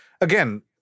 again